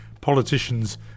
politicians